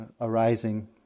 arising